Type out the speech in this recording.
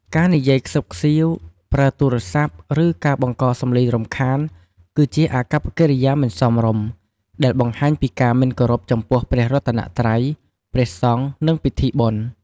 ការនិយាយខ្សឹបខ្សៀវ ប្រើទូរសព្ទ ឬការបង្កសំឡេងរំខាន គឺជាអាកប្បកិរិយាមិនសមរម្យ ដែលបង្ហាញពីការមិនគោរពចំពោះព្រះរតនត្រ័យ ព្រះសង្ឃ និងពិធីបុណ្យ។